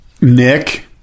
Nick